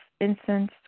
incense